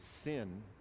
Sin